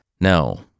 No